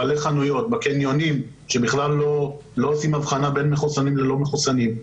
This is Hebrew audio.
בעלי חנויות בקניונים שבכלל לא עושים הבחנה בין מחוסנים ללא מחוסנים.